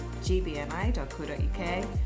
gbni.co.uk